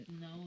No